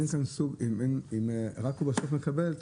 הוא רק בסוף מקבל?